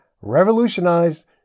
revolutionized